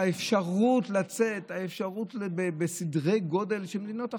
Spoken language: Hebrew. האפשרות לצאת בסדרי גודל של מדינות אחרות.